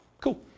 Cool